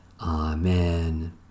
Amen